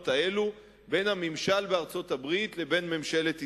האלה בין הממשל בארצות-הברית לבין ממשלת ישראל.